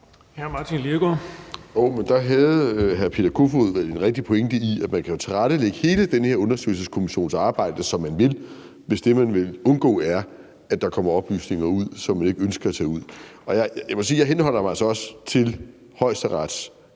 (RV): Jo, men der havde hr. Peter Kofod vel en rigtig pointe i, at man jo kan tilrettelægge hele den her undersøgelseskommissions arbejde, som man vil, hvis det, man vil undgå, er, at der kommer oplysninger ud, som man ikke ønsker skal komme ud, og jeg må altså også sige, at jeg